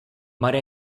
might